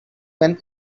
when